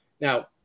now